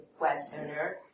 Westerner